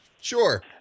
Sure